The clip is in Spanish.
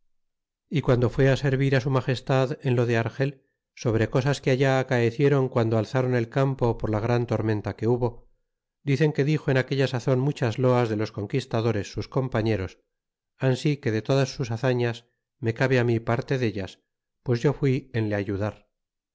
y guando fué á servir á su magestad en lo de argel sobre cosas que allá acaeciéron guando al záron el campo por la gran tormenta que hubo dicen que dixo en aquella sazon muchas loasfie los conquistadores sus compañeros ami que dé todas sus hazañas me cabe á mí parte dellas pues yo fui en le ayudar